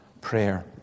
prayer